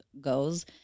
goes